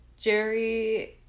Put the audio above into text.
Jerry